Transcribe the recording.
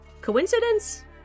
Coincidence